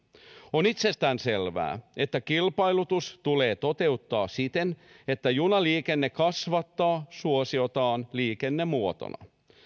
on itsestään selvää että kilpailutus tulee toteuttaa siten että junaliikenne kasvattaa suosiotaan liikennemuotona